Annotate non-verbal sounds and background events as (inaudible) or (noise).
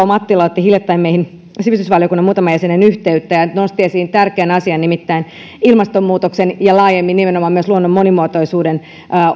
(unintelligible) mattila otti hiljattain meihin muutamaan sivistysvaliokunnan jäseneen yhteyttä ja nosti esiin tärkeän asian nimittäin ilmastonmuutoksen ja laajemmin nimenomaan myös luonnon monimuotoisuuden